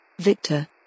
Victor